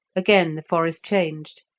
again the forest changed,